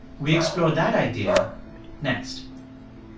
we explore that idea next